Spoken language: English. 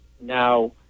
Now